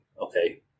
Okay